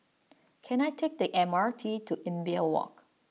can I take the M R T to Imbiah Walk